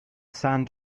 sand